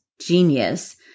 genius